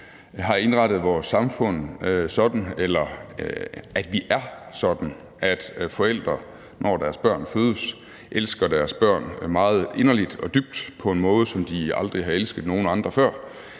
at det er sådan – at forældre, når deres børn fødes, elsker deres børn meget inderligt og dybt på en måde, som de aldrig har elsket nogen andre før.